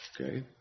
Okay